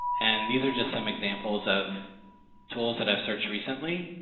and these are just some examples of tools that i've searched recently